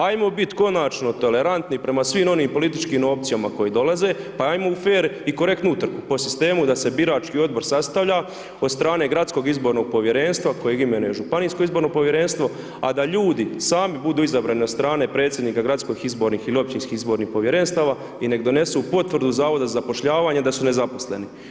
Ajmo biti konačno tolerantni prema svim onim političkim opcijama koji dolaze, pa ajmo u fer i korektnu utrku, po sistemu da se birački odbor sastavlja od strane gradskog izbornog povjerenstva, kojeg imenuje županijsko izborno povjerenstvo, a da ljudi sami budu izabrani od strane predsjednika gradskih izbornih ili općinskih izbornih povjerenstava i nek donesu potvrdu Zavoda za zapošljavanje da su nezaposleni.